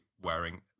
wearing